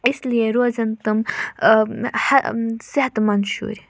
اِس لیے روزَن تِم صحتہٕ منٛد شُرۍ